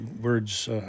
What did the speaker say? words